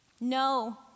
No